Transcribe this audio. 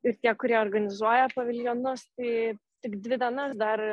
ir tie kurie organizuoja paviljonus tai tik dvi dienas dar